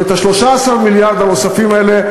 ואת ה-13 מיליארד הנוספים האלה,